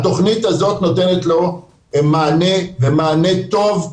התוכנית הזאת נותנת לו מענה ומענה טוב.